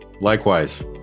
likewise